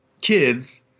kids